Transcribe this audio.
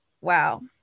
wow